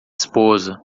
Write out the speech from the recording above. esposa